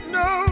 no